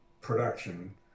production